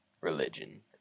religion